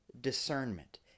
discernment